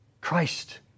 Christ